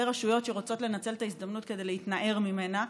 רשויות שרוצות לנצל את ההזדמנות כדי להתנער ממנה.